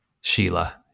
Sheila